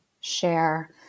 share